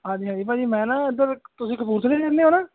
ਹਾਂਜੀ ਹਾਂਜੀ ਭਾਅ ਜੀ ਮੈਂ ਨਾ ਇਧਰ ਤੁਸੀਂ ਕਪੂਰਥਲੇ ਰਹਿੰਦੇ ਹੋ ਨਾ